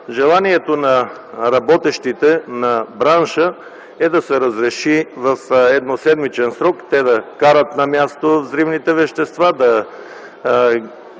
Желанието на работещите, на бранша е: да се разреши в едноседмичен срок те да карат на място взривните вещества, да ги